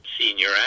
senior